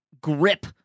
grip